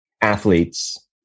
athletes